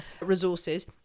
Resources